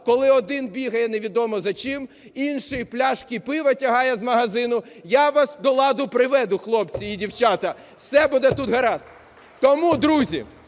коли один бігає невідомо за чим, інший пляшки пива тягає з магазину. Я вас до ладу приведу, хлопці і дівчата. Все буде тут гаразд. Тому, друзі,